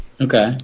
Okay